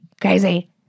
crazy